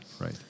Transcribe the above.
right